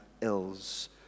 ills